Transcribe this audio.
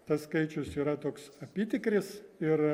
tas skaičius yra toks apytikris ir